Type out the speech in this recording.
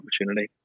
opportunity